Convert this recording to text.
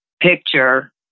picture